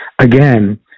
Again